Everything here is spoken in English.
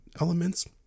elements